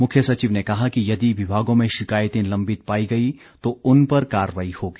मुख्य सचिव ने कहा कि यदि विभागों में शिकायतें लम्बित पायी गई तो उन पर कार्रवाई होगी